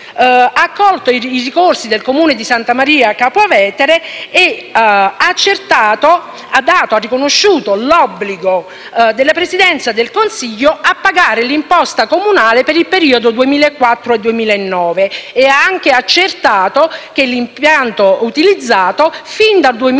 ha accolto i ricorsi del Comune di Santa Maria Capua Vetere ed ha riconosciuto l'obbligo della Presidenza del Consiglio di pagare l'imposta comunale per il periodo 2004‑2009, ed ha anche accertato che l'impianto fin dal 2011